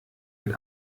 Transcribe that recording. mit